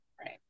Right